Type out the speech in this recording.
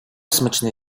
смачний